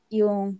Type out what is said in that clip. yung